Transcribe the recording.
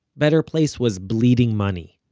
better place was bleeding money.